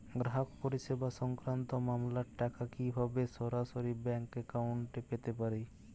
গ্রাহক পরিষেবা সংক্রান্ত মামলার টাকা কীভাবে সরাসরি ব্যাংক অ্যাকাউন্টে পেতে পারি?